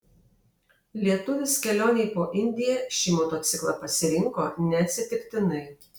lietuvis kelionei po indiją šį motociklą pasirinko neatsitiktinai